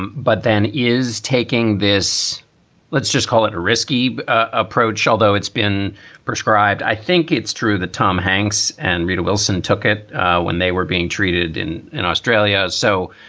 um but then is taking this let's just call it a risky approach, although it's been prescribed. i think it's true that tom hanks and rita wilson took it when they were being treated in in australia as so.